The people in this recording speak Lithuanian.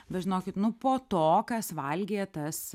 bet žinokit nu po to kas valgė tas